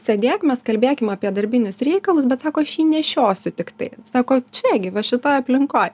sėdėk mes kalbėkim apie darbinius reikalus bet sako aš jį nešiosiu tiktai sako čia gi va šitoj aplinkoj